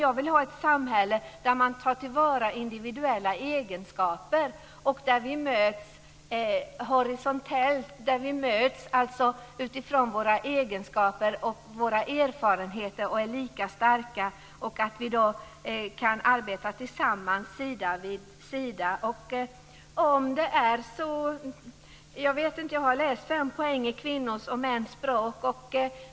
Jag vill ha ett samhälle där individuella egenskaper tas till vara och där vi möts horisontellt, alltså utifrån våra egenskaper och erfarenheter, där vi är lika starka och kan arbeta tillsammans sida vid sida. Jag har läst fem poäng i Kvinnors och mäns språk.